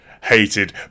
hated